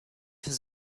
his